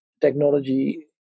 technology